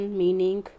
meaning